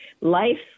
life